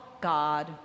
God